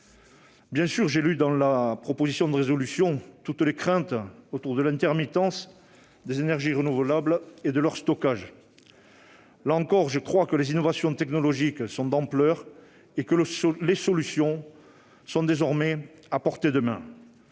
Bien sûr, j'ai lu dans la proposition de résolution toutes les craintes autour de l'intermittence des énergies renouvelables et de leur stockage. Là encore, je crois que les innovations technologiques sont d'ampleur et que les solutions sont désormais à portée de main.